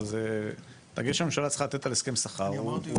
אבל זה דגש שהממשלה צריכה לתת על הסכם שכר הוא דרמטי.